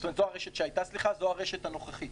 זו הרשת הנוכחית.